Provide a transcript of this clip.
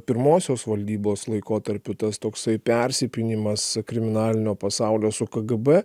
pirmosios valdybos laikotarpiu tas toksai persipynimas kriminalinio pasaulio su kgb